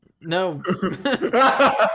No